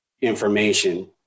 information